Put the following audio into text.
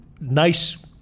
nice